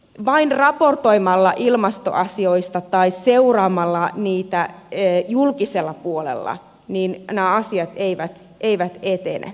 vain raportoimalla ilmastoasioista tai seuraamalla niitä julkisella puolella nämä asiat eivät etene